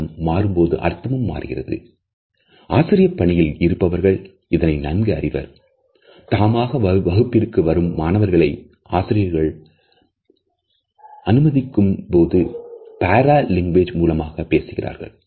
தாமதமாக வகுப்பிற்கு வரும் மாணவர்களை ஆசிரியர் அனுபவிக்கும்போது பாரா லாங்குவேஜ்மூலமாக பேசுகிறார்